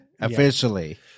officially